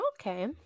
okay